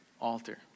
altar